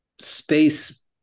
space